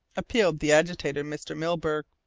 appealed the agitated mr. milburgh,